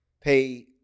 pay